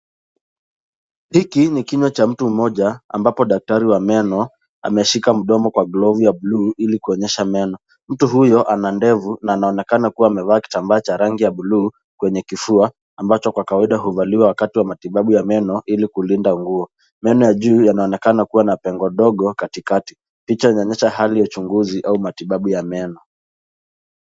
Hiki ni kinywa cha mtu mmoja ambapo daktari wa meno, ameshika mdomo kwa glavu ya bluu ili kuonyesha meno. Mtu huyo ana ndevu na anaonekana kuwa amevaa kitambaa cha rangi ya bluu kwenye kifua, ambacho kwa kawaida huvaliwa wakati wa matibabu ya meno ili kulinda nguo. Meno ya juu yanaonekana kuwa na pengo ndogo katikati. Picha inaonyesha hali ya uchunguzi au matibabu ya meno.